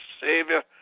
Savior